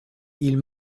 ils